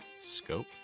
Scope